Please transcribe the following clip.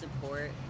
support